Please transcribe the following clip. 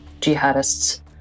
jihadists